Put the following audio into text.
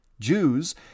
Jews